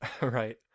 Right